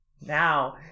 Now